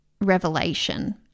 revelation